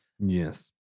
yes